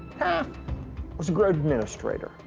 taft was a great administrator.